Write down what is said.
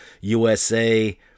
USA